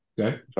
Okay